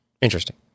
interesting